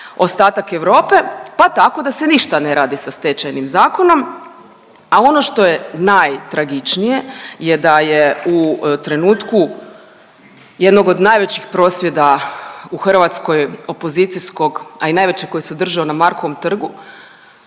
ostatak Europe, pa tako da se ništa ne radi sa Stečajnim zakonom, a ono što je najtragičnije je da je u trenutku jednog od najvećih prosvjeda u Hrvatskoj opozicijskog, a i najvećeg koji se održao na Markovom trgu,